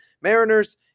Mariners